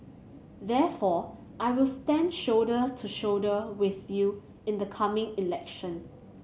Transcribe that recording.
therefore I will stand shoulder to shoulder with you in the coming election